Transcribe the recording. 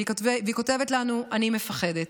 והיא כותבת לנו: אני מפחדת.